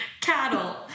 Cattle